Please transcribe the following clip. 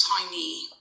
tiny